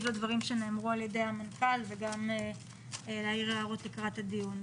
לדברים שנאמרו על ידי המנכ"ל וגם להעיר הערות לקראת הדיון.